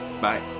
Bye